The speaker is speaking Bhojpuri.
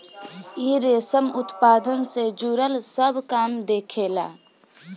इ रेशम उत्पादन से जुड़ल सब काम देखेला